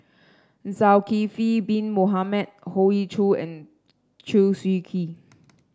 Zulkifli Bin Mohamed Hoey Choo and Chew Swee Kee